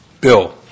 Bill